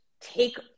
take